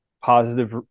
positive